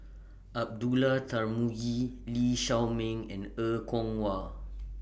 Abdullah Tarmugi Lee Shao Meng and Er Kwong Wah